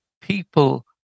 people